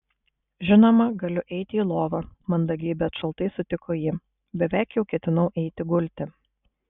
žinoma galiu eiti į lovą mandagiai bet šaltai sutiko ji beveik jau ketinau eiti gulti